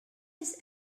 his